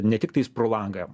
ne tiktais pro langą